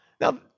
now